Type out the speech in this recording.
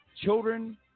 children